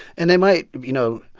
and they might, you know,